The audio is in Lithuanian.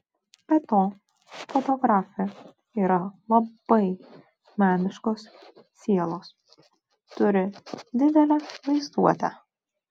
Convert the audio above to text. be to fotografė yra labai meniškos sielos turi didelę vaizduotę